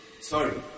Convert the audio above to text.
Sorry